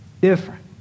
Different